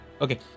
Okay